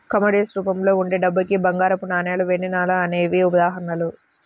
commodities రూపంలో ఉండే డబ్బుకి బంగారపు నాణాలు, వెండి నాణాలు అనేవే ఉదాహరణలు